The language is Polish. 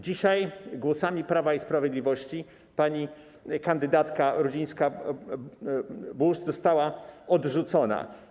Dzisiaj głosami Prawa i Sprawiedliwości pani kandydatka Rudzińska-Bluszcz została odrzucona.